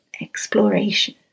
Exploration